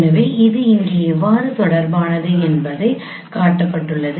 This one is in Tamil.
எனவே இது இங்கே எவ்வாறு தொடர்பானது என்பதை காட்டப்பட்டுள்ளது